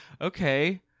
Okay